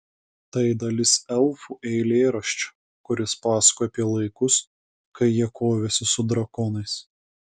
tai dalis elfų eilėraščio kuris pasakoja apie laikus kai jie kovėsi su drakonais